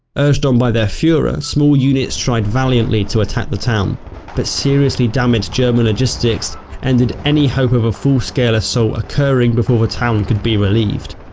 urged on by their fuhrer, small units tried valiantly to attack the town but seriously damaged german logistics ended any hope of a full-scale assault so occurring before the town could be relieved.